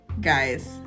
guys